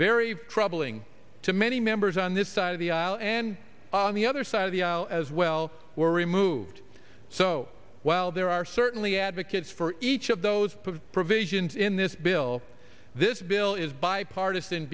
very troubling to many members on this side of the aisle and on the other side of the aisle as well were removed so while there are certainly advocates for each of those provisions in this bill this bill is bipartisan